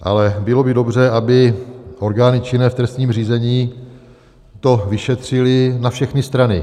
Ale bylo by dobře, aby orgány činné v trestním řízení to vyšetřily na všechny strany.